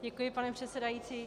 Děkuji, pane předsedající.